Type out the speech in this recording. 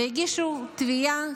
והגישו תביעה,